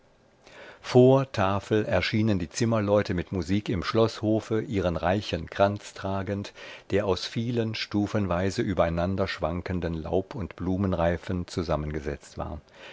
vor tafel erschienen die zimmerleute mit musik im schloßhofe ihren reichen kranz tragend der aus vielen stufenweise übereinander schwankenden laub und blumenreifen zusammengesetzt war